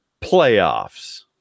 playoffs